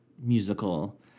musical